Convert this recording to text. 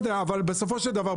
בסופו של דבר,